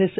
S